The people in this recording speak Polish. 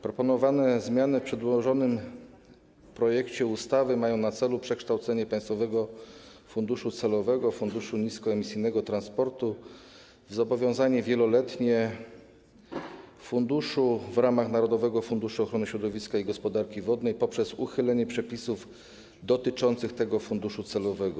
Proponowane zmiany w przedłożonym projekcie ustawy mają na celu przekształcenie państwowego funduszu celowego, Funduszu Niskoemisyjnego Transportu, w zobowiązanie wieloletnie funduszu w ramach Narodowego Funduszu Ochrony Środowiska i Gospodarki Wodnej poprzez uchylenie przepisów dotyczących tego funduszu celowego.